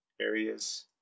areas